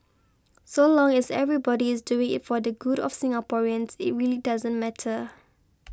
so long as everybody is doing it for the good of Singaporeans it really doesn't matter